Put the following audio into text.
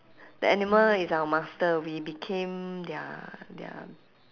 the animal is our master we became their their